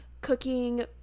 cooking